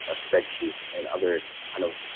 ah spreadsheets and other kind of